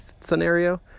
scenario